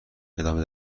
ادامه